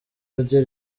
rye